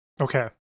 Okay